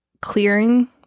clearing